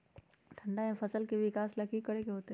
ठंडा में फसल के विकास ला की करे के होतै?